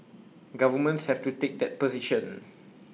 governments have to take that position